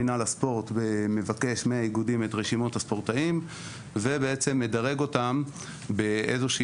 מינהל הספורט מבקש מהאיגודים את רשימות הספורטאים ובעצם מדרג אותם ברשימה